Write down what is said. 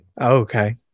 Okay